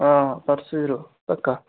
हां परसुं जरूर पक्का